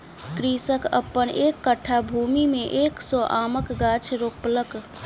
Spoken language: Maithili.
कृषक अपन एक कट्ठा भूमि में एक सौ आमक गाछ रोपलक